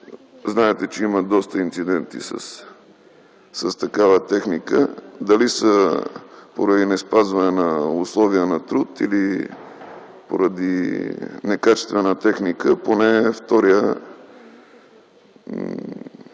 Знаете, че има доста инциденти с такава техника, дали са поради неспазване на условия на труд или поради некачествена техника, поне вторият